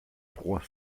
trois